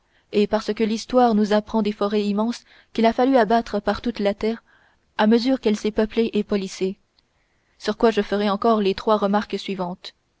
et par ce que l'histoire nous apprend des forêts immenses qu'il a fallu abattre par toute la terre à mesure qu'elle s'est peuplée et policée sur quoi je ferai encore les trois remarques suivantes